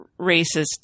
racist